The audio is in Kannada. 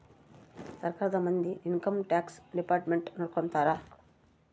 ಸರ್ಕಾರದ ಮಂದಿ ಇನ್ಕಮ್ ಟ್ಯಾಕ್ಸ್ ಡಿಪಾರ್ಟ್ಮೆಂಟ್ ನೊಡ್ಕೋತರ